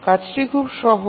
কাজটি খুব সহজ